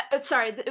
Sorry